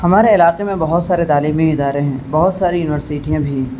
ہمارے علاقے میں بہت سارے تعلیمی ادارے ہیں بہت ساری یونیورسٹیاں بھی ہیں